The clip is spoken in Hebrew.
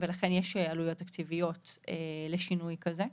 לכן יש עלויות תקציביות לשינוי כזה.